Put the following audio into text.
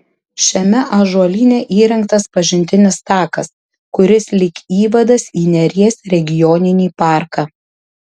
šiame ąžuolyne įrengtas pažintinis takas kuris lyg įvadas į neries regioninį parką